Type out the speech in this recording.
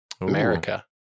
America